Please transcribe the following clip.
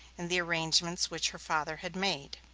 in the arrangements which her father had made.